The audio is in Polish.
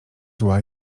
zła